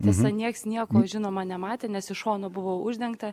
tiesa nieks nieko žinoma nematė nes iš šono buvo uždengta